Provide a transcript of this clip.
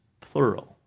plural